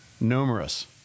numerous